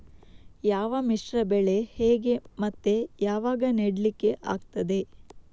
ಯಾವ ಮಿಶ್ರ ಬೆಳೆ ಹೇಗೆ ಮತ್ತೆ ಯಾವಾಗ ನೆಡ್ಲಿಕ್ಕೆ ಆಗ್ತದೆ?